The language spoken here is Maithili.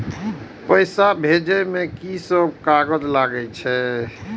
पैसा भेजे में की सब कागज लगे छै?